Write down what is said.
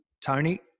Tony